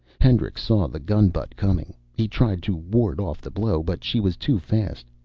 hendricks saw the gun butt coming. he tried to ward off the blow, but she was too fast.